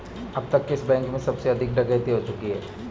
अब तक किस बैंक में सबसे अधिक डकैती हो चुकी है?